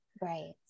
Right